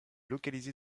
localisée